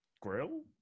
grill